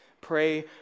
Pray